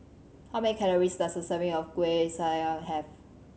how many calories does a serving of Kuih Syara have